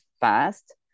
fast